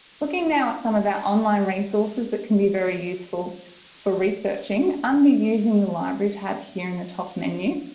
looking now at some of our online resources that can be very useful for researching under using the library tab here in the top menu.